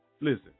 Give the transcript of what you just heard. listen